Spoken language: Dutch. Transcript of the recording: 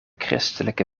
christelijke